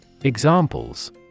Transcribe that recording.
Examples